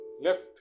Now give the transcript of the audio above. left